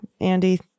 Andy